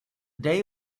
day